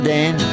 Dan